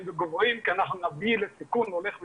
וגוברים כי אנחנו נביא לסיכון הולך וגדל.